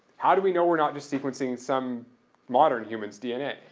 how do we know we're not just sequencing some modern human's dna?